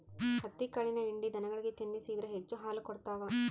ಹತ್ತಿಕಾಳಿನ ಹಿಂಡಿ ದನಗಳಿಗೆ ತಿನ್ನಿಸಿದ್ರ ಹೆಚ್ಚು ಹಾಲು ಕೊಡ್ತಾವ